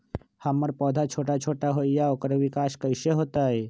हमर पौधा छोटा छोटा होईया ओकर विकास कईसे होतई?